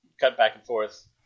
cut-back-and-forth